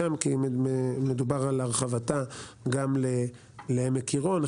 כי מדובר על הרחבתה גם לעמק עירון,